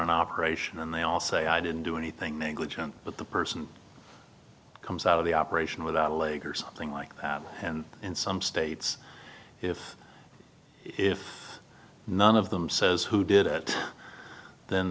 an operation and they all say i didn't do anything negligent but the person comes out of the operation without a leg or something like that and in some states if if none of them says who did it then